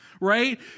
right